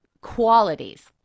qualities